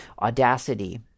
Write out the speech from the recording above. Audacity